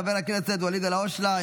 חבר הכנסת ואליד אלהואשלה,